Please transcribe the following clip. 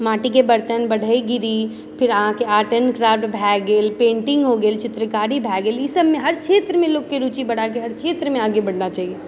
माटिके बर्तन बढ़ईगिरी फिर अहाँकेँ आर्ट एन्ड क्राफ्ट भए गेल पेंटिङ्ग हो गेल चित्रकारी भए गेल इसब मे हरक्षेत्रमे रुचि बढ़ाकर हर क्षेत्रमे आगे बढ़ना चाहिए